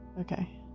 Okay